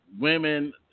women